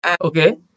Okay